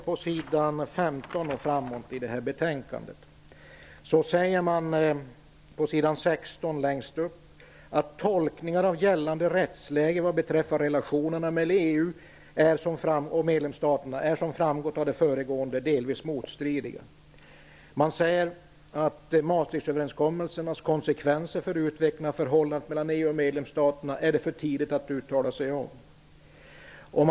På s. 16 i betänkandet heter det: ''Tolkningarna av gällande rättsläge vad beträffar relationerna mellan EU och medlemsstaterna är som framgått av det föregående delvis motstridiga.'' Dessutom framhålls att ''Maastrichtöverenskommelsen nyligen genomgått stora förändringar, vars konsekvenser för utvecklingen av förhållandet mellan EU och medlemsstaterna det ännu är för tidigt att uttala sig om''.